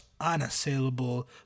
unassailable